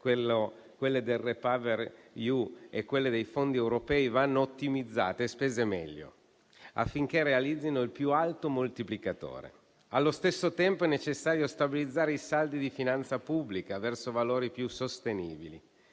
quelle del REPowerEU e quelle dei fondi europei, vanno ottimizzate e spese meglio, affinché realizzino il più alto moltiplicatore. Allo stesso tempo, è necessario stabilizzare i saldi di finanza pubblica verso valori più sostenibili.